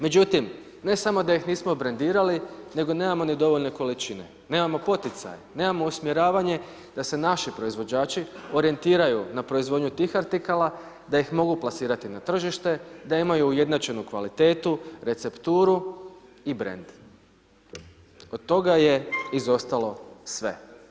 Međutim, ne samo da ih nismo brendirali nego nemamo ni dovoljne količine, nemamo poticaja, nemamo usmjeravanje da se naši proizvođači orijentiraju na proizvodnju tih artikala, da ih mogu plasirati na tržište, da imaju ujednačenu kvalitetu, recepturu i brend, od toga je izostalo sve.